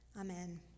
Amen